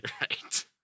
Right